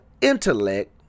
intellect